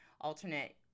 alternate